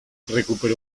recuperó